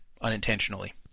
unintentionally